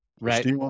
Right